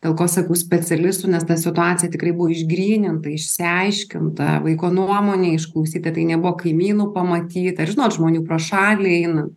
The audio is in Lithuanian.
dėl ko sakau specialistų nes ta situacija tikrai buvo išgryninta išsiaiškinta vaiko nuomonė išklausyta tai nebuvo kaimynų pamatyta ir žinot žmonių pro šalį eina